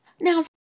now